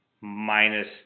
minus